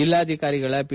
ಜಿಲ್ಲಾಧಿಕಾರಿಗಳ ಪಿ